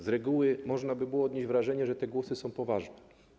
Z reguły można by było odnieść wrażenie, że te głosy są poważne.